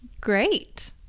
Great